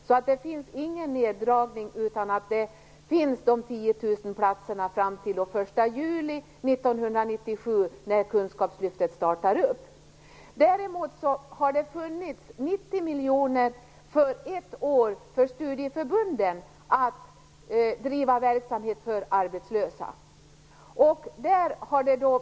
Det är ingen neddragning, utan de 10 000 platserna finns fram till den 1 juli 1997 när Kunskapslyftet startar. Däremot har det för ett år funnits 90 miljoner kronor som studieförbunden bedrivit verksamhet för arbetslösa med.